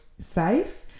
safe